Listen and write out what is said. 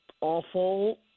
awful